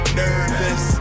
nervous